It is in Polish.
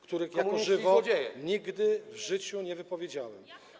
których jako żywo nigdy w życiu nie wypowiedziałem.